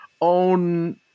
own